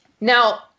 Now